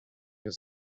your